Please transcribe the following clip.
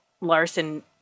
Larson